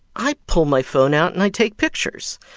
i pull my phone out, and i take pictures.